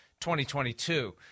2022